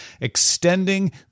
extending